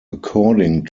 according